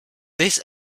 this